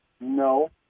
No